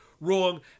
wrong